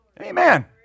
Amen